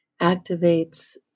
activates